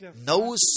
knows